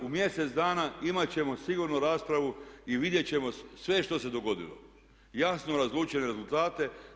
U mjesec dana imat ćemo sigurno raspravu i vidjet ćemo sve što se dogodilo, jasno razlučene rezultate.